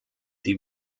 die